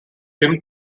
tim